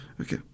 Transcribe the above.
Okay